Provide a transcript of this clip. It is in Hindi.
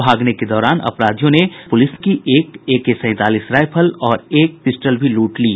भागने के दौरान अपराधियों ने पुलिसकर्मियों की एक एके सैंतालीस राईफल और एक पिस्टल भी लूट ली